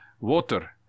water